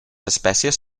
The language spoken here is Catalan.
espècies